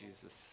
Jesus